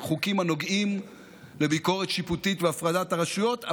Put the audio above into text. חוקים הנוגעים לביקורת שיפוטית והפרדת הרשויות,